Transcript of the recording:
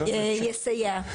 יסייע.